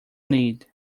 need